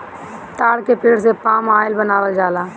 ताड़ के पेड़ से पाम आयल बनावल जाला